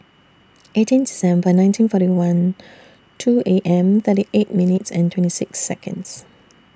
eighteen December nineteen forty one two A M thirty eight minutes and twenty six Seconds